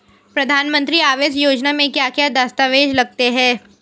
प्रधानमंत्री आवास योजना में क्या क्या दस्तावेज लगते हैं?